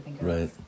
right